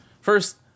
First